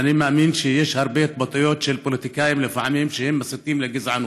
ואני מאמין שיש הרבה התבטאויות של פוליטיקאים שלפעמים מסיתים לגזענות.